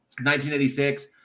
1986